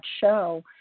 show